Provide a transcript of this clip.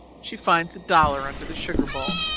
she finds a dollar under the sugar bowl.